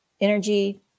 Energy